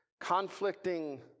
conflicting